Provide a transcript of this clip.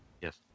yes